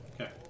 Okay